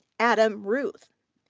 adam ruth.